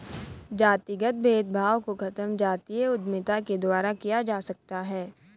जातिगत भेदभाव को खत्म जातीय उद्यमिता के द्वारा किया जा सकता है